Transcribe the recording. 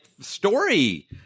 story